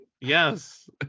Yes